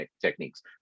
techniques